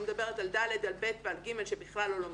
אני לא מדברת על ד', ב' ו-ג' שבכלל לא לומדים.